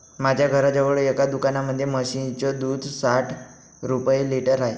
माझ्या घराजवळ एका दुकानामध्ये म्हशीचं दूध साठ रुपये लिटर आहे